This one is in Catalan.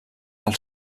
pel